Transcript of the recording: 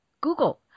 Google